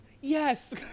Yes